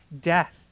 death